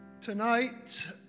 tonight